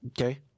okay